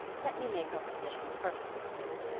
let me make our position perfectly clear.